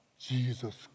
Jesus